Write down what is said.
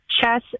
Chess